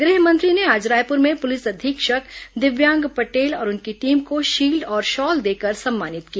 गृह मंत्री ने आज रायपुर में पुलिस अधीक्षक दिव्यांग पटेल और उनकी टीम को शील्ड और शाल देकर उन्हें सम्मानित किया